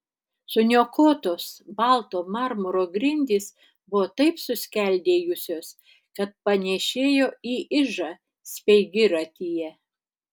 suniokotos balto marmuro grindys buvo taip suskeldėjusios kad panėšėjo į ižą speigiratyje